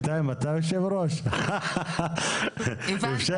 אני אבקש